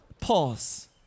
Pause